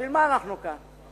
בשביל מה אנחנו כאן?